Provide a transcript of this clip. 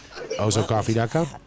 Ozocoffee.com